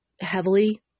heavily